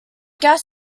gas